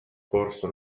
concorso